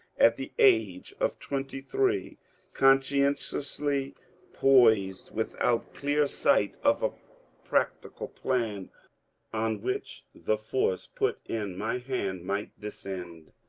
at the age of twenty-three, consci entiously poised, without clear sight of a practical plan on which the force put in my hand might descend.